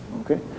okay